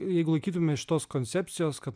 jeigu laikytume iš tos koncepcijos kad